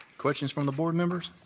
questions from the board members?